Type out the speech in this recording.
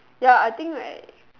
ya I think like